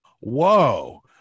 Whoa